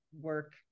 work